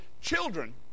children